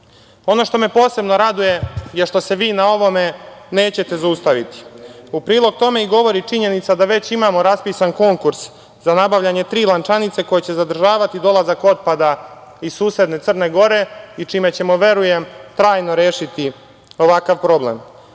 što me posebno raduje je što se vi na ovome nećete zaustaviti. U prilog tome govori činjenica da već imamo raspisan konkurs za nabavljanje tri lančanice koje će zadržavati dolazak otpada iz susedne Crne Gore i čime ćemo, verujem, trajno rešiti ovakva problem. Pre